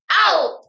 Out